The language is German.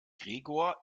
gregor